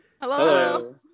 Hello